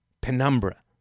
penumbra